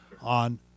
on